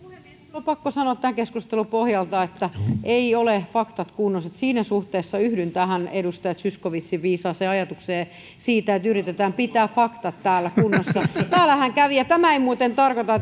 on pakko sanoa tämän keskustelun pohjalta että eivät ole faktat kunnossa että siinä suhteessa yhdyn tähän edustaja zyskowiczin viisaaseen ajatukseen siitä että yritetään pitää faktat täällä kunnossa täällähän kävi ja tämä ei muuten tarkoita